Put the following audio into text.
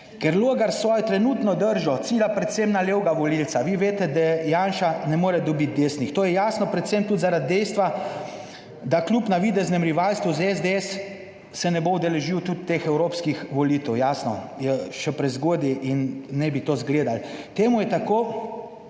ker Logar s svojo trenutno držo cilja predvsem na levega volivca. Vi veste, da Janša ne more dobiti desnih, to je jasno predvsem tudi zaradi dejstva, da kljub navideznem rivalstvu z SDS se ne bo udeležil tudi teh evropskih volitev. Jasno, je še prezgodaj, in ne bi to izgledalo, temu je tako,